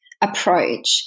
approach